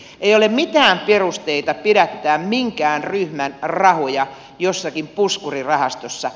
ei ole mitään perusteita pidättää minkään ryhmän rahoja jossakin puskurirahastossa